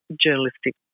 journalistic